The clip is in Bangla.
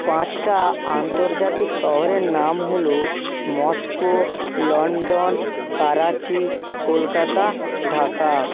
পাঁচটা আন্তর্জাতিক শহরের নাম হল মস্কো লন্ডন করাচি কলকাতা ঢাকা